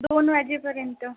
दोन वाजेपर्यंत